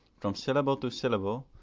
from syllable to syllable,